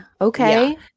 okay